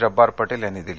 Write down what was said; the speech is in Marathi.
जब्बार पटेल यांनी दिली